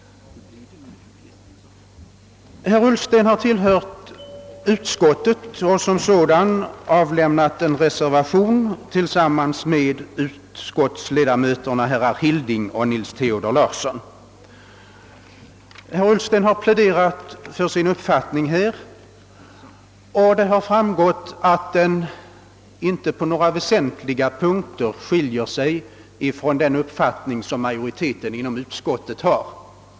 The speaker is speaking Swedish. Herr Ullsten har deltagit i utskottsbehandlingen av frågan och tillsammans med herrar Hilding och Nils Theodor Larsson avlämnat en reservation. När herr Ullsten nyss pläderade för sin uppfattning här i kammaren framgick det att den inte på några väsentliga punkter skiljer sig från den uppfattning som majoriteten inom utskottet har.